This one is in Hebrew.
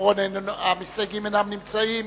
המסתייגים אינם נמצאים,